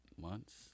months